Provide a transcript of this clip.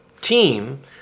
team